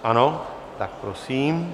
Ano, tak prosím.